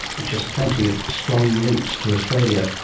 which has plenty of strong links to australia.